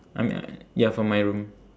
I mean uh ya from my room